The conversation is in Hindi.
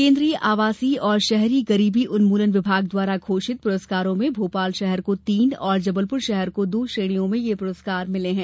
केन्द्रीय आवासीय और शहरी गरीबी उन्मूलन विभाग द्वारा घोषित पुरस्कारों में भोपाल शहर को तीन और जबलपुर शहर को दो श्रेणियों में ये पुरस्कार मिले हैं